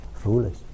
foolish